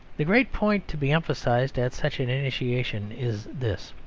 the great point to be emphasised at such an initiation is this